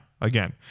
again